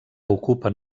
ocupen